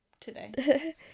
today